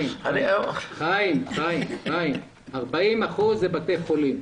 40 אחוזים הם בתי חולים.